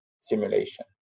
simulation